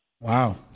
Wow